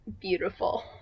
beautiful